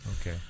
Okay